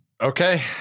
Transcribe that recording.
Okay